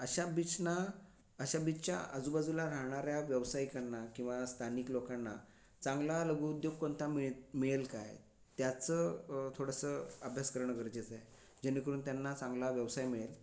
अशा बीचना अशा बीचच्या आजूबाजूला राहणाऱ्या व्यावसायिकांना किंवा स्थानिक लोकांना चांगला लघुउद्योग कोणता मिळे मिळेल काय त्याचं थोडंसं अभ्यास करणं गरजेचं आहे जेणेकरून त्यांना चांगला व्यवसाय मिळेल